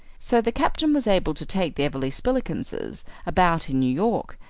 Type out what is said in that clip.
so the captain was able to take the everleigh-spillikinses about in new york,